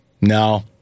No